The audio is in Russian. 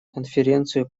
конференцию